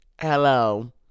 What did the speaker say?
hello